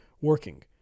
working